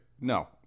No